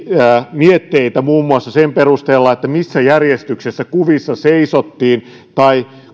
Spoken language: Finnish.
mietteitä muun muassa sen perusteella missä järjestyksessä kuvissa seisottiin tai